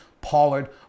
Pollard